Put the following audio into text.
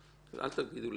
ואל תגידו לי עכשיו